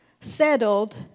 settled